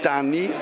anni